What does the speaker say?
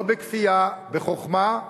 לא בכפייה, בחוכמה,